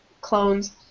clones